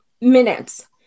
minutes